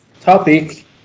topic